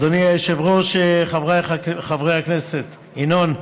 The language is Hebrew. אדוני היושב-ראש, חבריי חברי הכנסת, ינון,